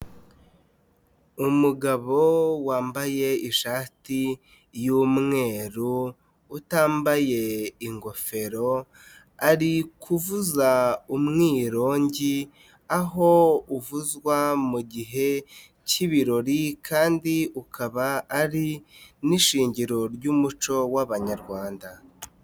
Umugabo wambaye ishati y'umweru utambaye ingofero. Ari uku kuvuza umwirongi aho uvuzwa mu gihe cy'ibirori kandi ukaba ari n'ishingiro ry'umuco w'abanyarwanda.